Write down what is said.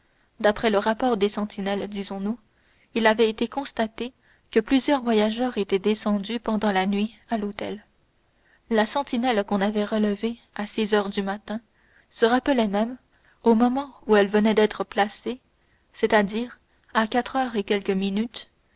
d'après le rapport des sentinelles disons-nous il avait été constaté que plusieurs voyageurs étaient descendus pendant la nuit à l'hôtel la sentinelle qu'on avait relevée à six heures du matin se rappelait même au moment où elle venait d'être placée c'est-à-dire à quatre heures et quelques minutes